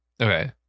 Okay